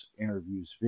interviews